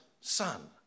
son